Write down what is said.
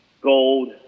gold